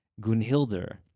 Gunhildr